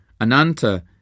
Ananta